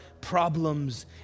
problems